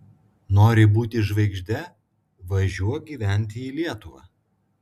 nori būti žvaigžde važiuok gyventi į lietuvą